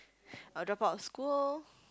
I'll dropout of school